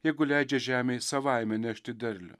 jeigu leidžia žemei savaime nešti derlių